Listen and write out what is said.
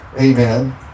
amen